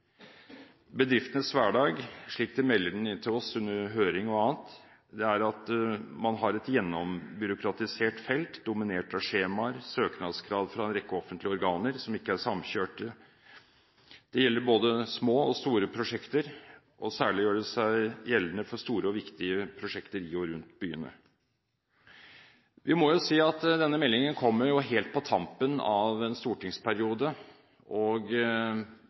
Bedriftenes hverdag – slik det meldes inn til oss gjennom høringer og annet – preges av at man har et gjennombyråkratisk felt dominert av skjemaer, søknadskrav fra en rekke offentlige organer som ikke er samkjørte. Dette gjelder både små og store prosjekter, og særlig gjør det seg gjeldende for store og viktige prosjekter i og rundt byene. Denne meldingen kommer jo helt på tampen av en stortingsperiode – og